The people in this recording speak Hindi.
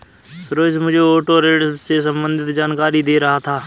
सुरेश मुझे ऑटो ऋण से संबंधित जानकारी दे रहा था